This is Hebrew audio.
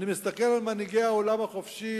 אני מסתכל על מנהיגי העולם החופשי,